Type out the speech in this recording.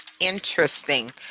Interesting